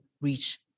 reach